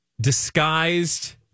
disguised